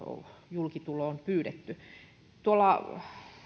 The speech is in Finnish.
julkituloon pyydetty tuolla